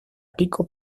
pico